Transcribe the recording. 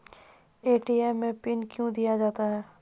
ATM मे PIN कयो दिया जाता हैं?